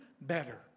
better